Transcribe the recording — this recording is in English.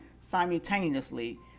simultaneously